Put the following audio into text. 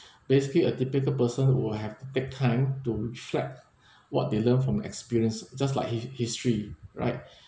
basically a typical person will have to take time to reflect what they learn from experience just like hi~history right